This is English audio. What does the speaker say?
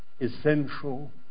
essential